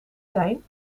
zijn